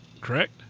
correct